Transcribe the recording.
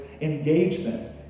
engagement